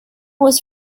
was